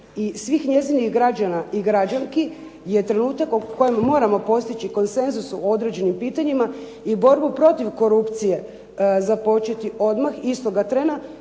i svih njezinih građana i građanki je trenutak oko kojeg moramo postići konsenzus u određenim pitanjima i borbu protiv korupcije započeti odmah, istoga trena